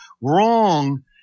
wrong